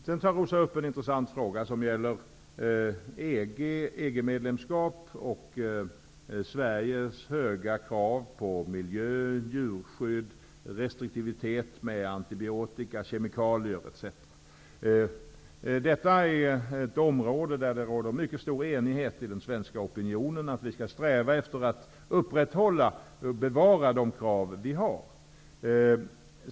Rosa Östh tar upp en intressant fråga som gäller EG-medlemskap och Sveriges höga krav på miljö, djurskydd, restriktivitet med antibiotika, kemikalier etc. Detta är ett område där det råder mycket stor enighet inom den svenska opinionen om att vi skall sträva efter att upprätthålla och bevara de krav vi har.